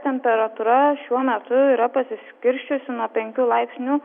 temperatūra šiuo metu yra pasiskirsčiusi nuo penkių laipsnių